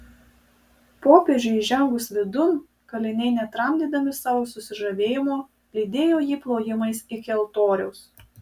popiežiui įžengus vidun kaliniai netramdydami savo susižavėjimo lydėjo jį plojimais iki altoriaus